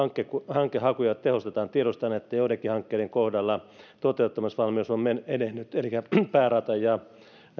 hankehakuja tehostetaan tiedostaen että joidenkin hankkeiden kohdalla toteuttamisvalmius on edennyt elikkä päärata ja